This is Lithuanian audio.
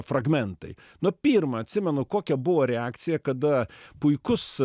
fragmentai nu pirma atsimenu kokia buvo reakcija kada puikus